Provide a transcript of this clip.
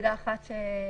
נקבע ישיבת מעקב,